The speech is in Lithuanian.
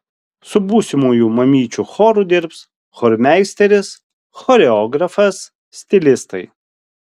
su būsimųjų mamyčių choru dirbs chormeisteris choreografas stilistai